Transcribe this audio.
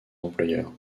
employeur